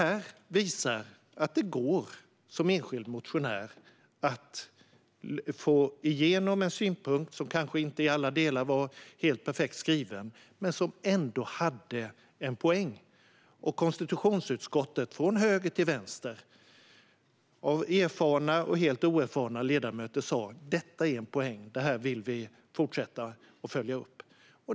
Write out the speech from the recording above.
Detta visar att man som enskild motionär kan få igenom en synpunkt som kanske inte i alla delar var perfekt formulerad men som ändå hade en poäng. Konstitutionsutskottets ledamöter, från höger till vänster, erfarna och helt oerfarna, sa att detta är en poäng; det här vill vi fortsätta att följa upp.